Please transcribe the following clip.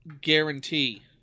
guarantee